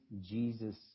Jesus